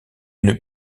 une